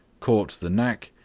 caught the knack,